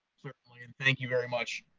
certainly, and thank you very much.